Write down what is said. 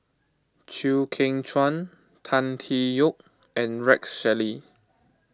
Chew Kheng Chuan Tan Tee Yoke and Rex Shelley